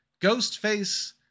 Ghostface